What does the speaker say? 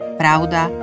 pravda